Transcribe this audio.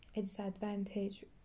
Disadvantage